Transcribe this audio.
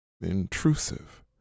intrusive